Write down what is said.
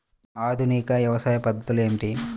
ఆధునిక వ్యవసాయ పద్ధతులు ఏమిటి?